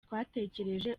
twatekereje